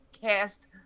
cast